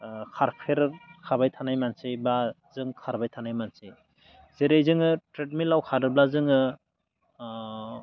खारफेखााय थानाय मानसि बा जों खारबाय थानाय मानसि जेरै जोङो ट्रेडमिलाव खारोब्ला जोङो